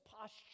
posture